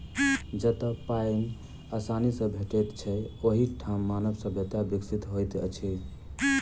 जतअ पाइन आसानी सॅ भेटैत छै, ओहि ठाम मानव सभ्यता विकसित होइत अछि